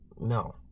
No